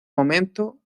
momento